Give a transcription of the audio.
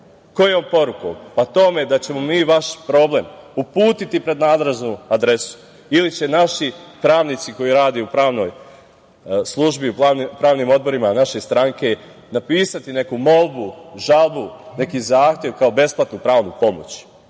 Kojom porukom? Pa tome da ćemo mi vaš problem uputiti pred nadležnu adresu ili će naši pravnici koji rade u pravnoj službi, pravnim odborima naše stranke napisati neku molbu, žalbu, neki zahtev kao besplatnu pravnu pomoć.